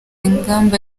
ngamba